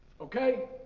okay